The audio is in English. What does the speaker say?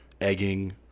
Egging